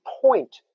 point